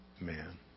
man